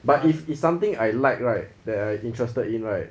but if it's something I like right that I interested in right